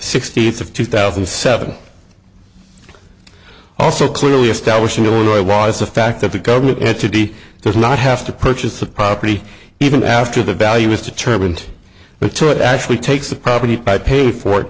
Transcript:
sixteenth of two thousand and seven also clearly establishing illinois was the fact that the government entity does not have to purchase the property even after the value is determined but to it actually takes the property i pay for i